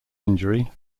injury